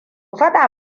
faɗa